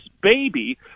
baby